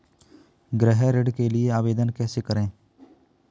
गृह ऋण के लिए आवेदन कैसे करें?